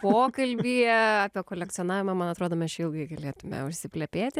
pokalbyje apie kolekcionavimą man atrodo mes čia ilgai galėtume užsiplepėti